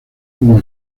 como